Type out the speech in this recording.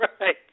Right